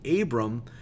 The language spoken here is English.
Abram